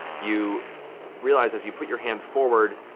you realize as you put your hand forward,